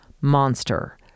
*Monster*